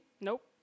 Nope